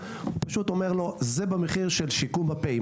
הוא פשוט אומר לו: זה במחיר של שיקום הפה.